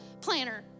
planner